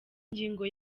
ingingo